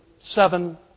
seven